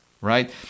right